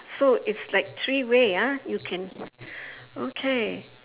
so it's like three way ah you can okay